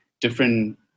different